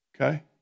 Okay